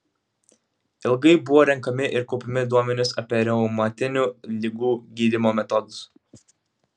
ilgai buvo renkami ir kaupiami duomenys apie reumatinių ligų gydymo metodus